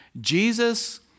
Jesus